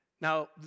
Now